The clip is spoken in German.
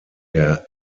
der